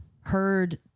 heard